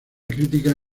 crítica